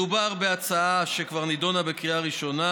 מדובר בהצעה שכבר נדונה בקריאה הראשונה